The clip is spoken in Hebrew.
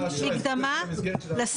--- נציגי הוועדה הציבורית לדיון.